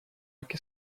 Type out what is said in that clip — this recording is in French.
qu’est